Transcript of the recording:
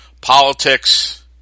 politics